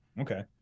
Okay